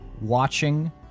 watching